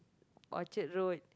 Orchard Road